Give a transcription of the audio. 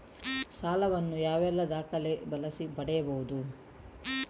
ಸಾಲ ವನ್ನು ಯಾವೆಲ್ಲ ದಾಖಲೆ ಬಳಸಿ ಪಡೆಯಬಹುದು?